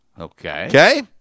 Okay